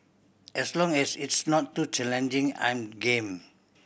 as long as it's not too challenging I'm game